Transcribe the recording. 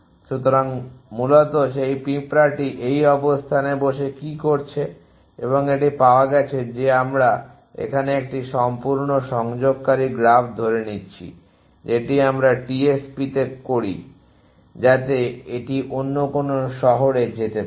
সুতরাং মূলত এই পিঁপড়াটি এই অবস্থানে বসে কি করছে এবং এটি পাওয়া গেছে যে আমরা এখানে একটি সম্পূর্ণ সংযোগকারী গ্রাফ ধরে নিচ্ছি যেটি আমরা টিএসপিতে করি যাতে এটি অন্য কোনও শহরে যেতে পারে